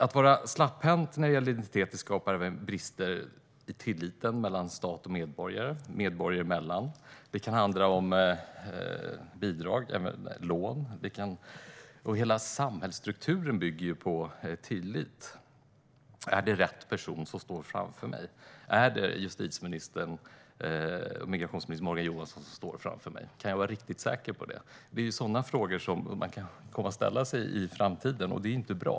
Att vara slapphänt när det gäller identiteter skapar brister i tilliten mellan stat och medborgare och i tilliten medborgare emellan. Det kan handla om bidrag eller lån. Hela samhällsstrukturen bygger ju på tillit. Är det rätt person som står framför mig? Är det justitie och migrationsminister Morgan Johansson som står framför mig? Kan jag vara riktigt säker på det? Det är sådana frågor som man kan komma att ställa sig i framtiden, och det är inte bra.